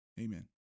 amen